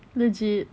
legit